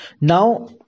Now